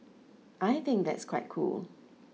I think that's quite cool